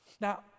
Now